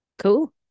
Cool